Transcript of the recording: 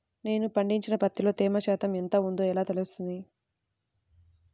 నేను పండించిన పత్తిలో తేమ శాతం ఎంత ఉందో ఎలా తెలుస్తుంది?